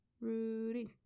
Rudy